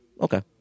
okay